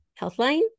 Healthline